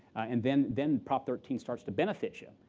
and then then prop. thirteen starts to benefit you.